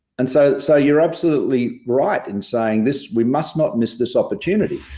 and so so you're absolutely right in saying this, we must not miss this opportunity.